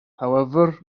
however